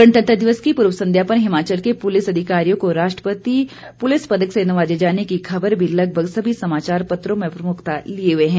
गणतंत्र दिवस की पूर्व संध्या पर हिमाचल के पुलिस अधिकारियों को राष्ट्रपति पुलिस पदक से नवाजे जाने की खबर भी लगभग सभी समाचार पत्रों में प्रमुखता लिये हुए हैं